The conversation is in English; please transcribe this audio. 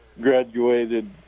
graduated